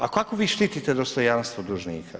A kako vi štitite dostojanstvo dužnika?